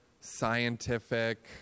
scientific